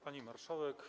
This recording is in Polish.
Pani Marszałek!